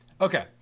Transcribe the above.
Okay